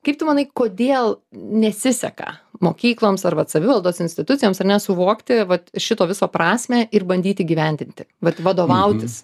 kaip tu manai kodėl nesiseka mokykloms ar vat savivaldos institucijoms ar ne suvokti vat šito viso prasmę ir bandyt įgyvendinti vat vadovautis